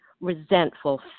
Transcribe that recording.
resentful